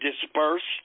dispersed